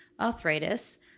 arthritis